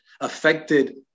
affected